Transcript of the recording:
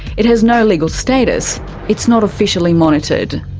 it has no legal status it's not officially monitored.